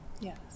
Yes